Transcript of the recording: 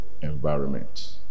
environment